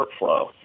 workflow